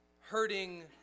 hurting